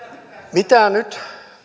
mitä nyt